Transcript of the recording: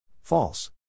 False